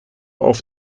auf